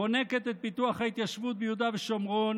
חונקת את פיתוח ההתיישבות ביהודה ושומרון